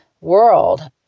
world